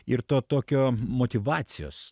ir to tokio motyvacijos